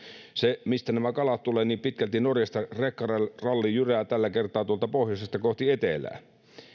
se mistä nämä kalat tulevat pitkälti norjasta rekkaralli jyrää tällä kertaa tuolta pohjoisesta kohti etelää